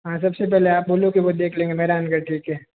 हाँ सब से पहले आप बोलो के वो देख लेंगे मेहरानगढ़ ठीक है